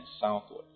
southward